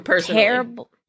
terrible